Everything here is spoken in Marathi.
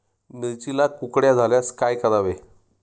मिरचीला कुकड्या झाल्यास काय करावे?